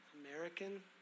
American